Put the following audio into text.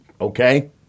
Okay